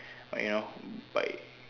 but you know by